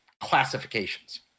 classifications